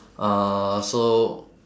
uh so